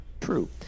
True